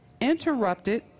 interrupted